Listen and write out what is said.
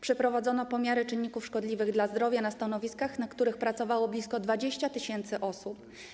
Przeprowadzono pomiary czynników szkodliwych dla zdrowia na stanowiskach, na których pracowało blisko 20 tys. osób.